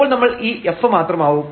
അപ്പോൾ നമ്മൾ ഈ f മാത്രമാവും